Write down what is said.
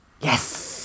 Yes